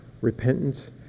repentance